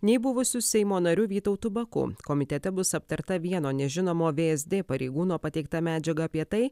nei buvusiu seimo nariu vytautu baku komitete bus aptarta vieno nežinomo vsd pareigūno pateiktą medžiagą apie tai